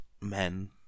men